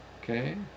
Okay